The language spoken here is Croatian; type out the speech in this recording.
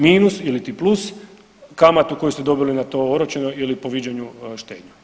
Minus ili ti plus kamatu koju ste dobili na to oročeno ili po viđenju štednju.